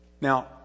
Now